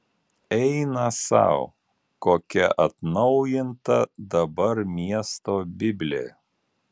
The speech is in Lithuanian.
eina sau kokia atnaujinta dabar miesto biblė